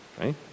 Right